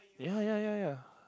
ya ya ya ya